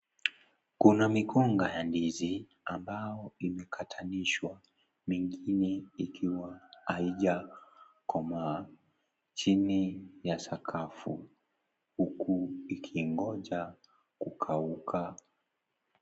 Kuna mikonga ya ndizi ambao limekatanishwa, mengine ikiwa haijakomaa. chini ya sakafu huku likingoja kukauka.